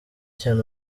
cyane